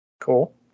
Cool